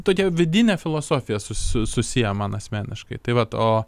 tokia vidine filosofija su susiję man asmeniškai tai vat o